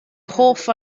hoff